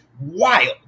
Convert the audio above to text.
wild